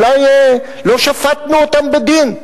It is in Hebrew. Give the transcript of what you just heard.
אולי לא שפטנו אותם בדין.